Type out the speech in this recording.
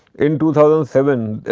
in two thousand seven,